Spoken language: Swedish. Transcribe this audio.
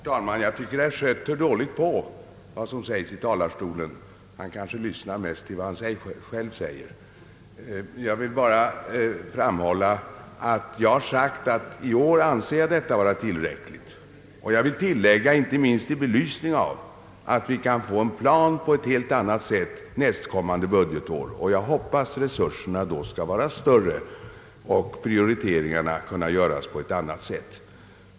Herr talman! Jag tycker att herr Schött hör dåligt på vad som sägs i talarstolen. Han kanske lyssnar mest till vad han själv säger. Jag vill bara framhålla att jag har sagt att jag anser att anslaget i år är tillräckligt, och jag vill tillägga: inte minst i belysning av att vi har möjligheter att få en plan nästa budgetår. Jag hoppas att resurserna då skall vara större och prioriteringarna kunna göras på ett annat sätt.